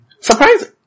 Surprising